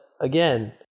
again